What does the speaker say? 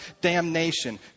damnation